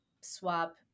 swap